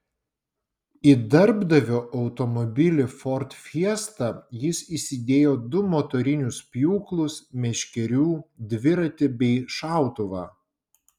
į darbdavio automobilį ford fiesta jis įsidėjo du motorinius pjūklus meškerių dviratį bei šautuvą